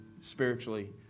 spiritually